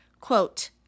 Quote